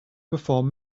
perform